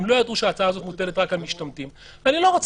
והם לא ידעו שההצעה הזאת מוטלת רק על משתמטים.